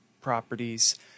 properties